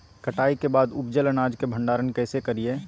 कटाई के बाद उपजल अनाज के भंडारण कइसे करियई?